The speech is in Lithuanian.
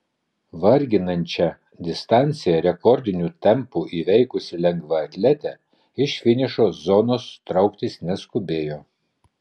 varginančią distanciją rekordiniu tempu įveikusi lengvaatletė iš finišo zonos trauktis neskubėjo